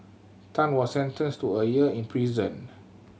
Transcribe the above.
Tan was sentenced to a year in prison